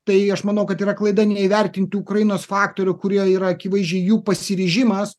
tai aš manau kad yra klaida neįvertinti ukrainos faktorių kurie yra akivaizdžiai jų pasiryžimas